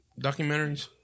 documentaries